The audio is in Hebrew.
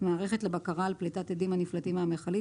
מערכת לבקרה על פליטת אדים הנפלטים מהמכלית,